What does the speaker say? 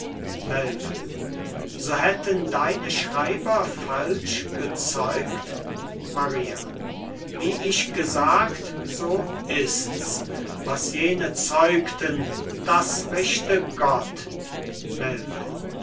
so hätten deine schreiber falsch gezeugt maria wie ich gesagt so ist's was jene zeugten das richte gott